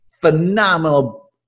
phenomenal